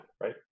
right